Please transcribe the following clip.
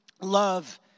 love